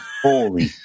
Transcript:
Holy